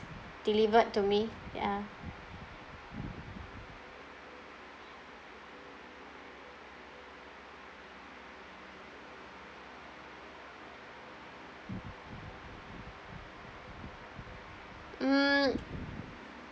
delivered to me ya mm